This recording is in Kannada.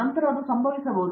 ನಂತರ ಬಹುಶಃ ಅದು ಸಂಭವಿಸಬಹುದು